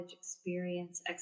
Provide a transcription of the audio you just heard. experience